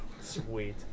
Sweet